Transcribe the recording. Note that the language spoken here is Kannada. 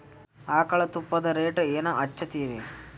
ಆಕಳ ತುಪ್ಪದ ರೇಟ್ ಏನ ಹಚ್ಚತೀರಿ?